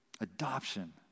Adoption